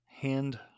hand